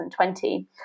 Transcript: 2020